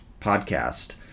podcast